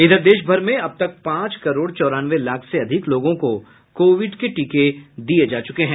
इधर देशभर में अब तक पांच करोड़ चौरानवे लाख से अधिक लोगों को कोविड के टीके दिये जा चुके हैं